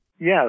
Yes